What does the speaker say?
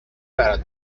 برات